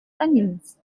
onions